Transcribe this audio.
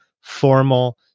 formal